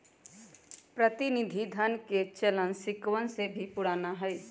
प्रतिनिधि धन के चलन सिक्कवन से भी पुराना हई